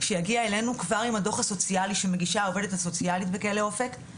שיגיע אלינו כבר עם הדו"ח הסוציאלי שמגישה העובדת הסוציאלית בכלא אופק,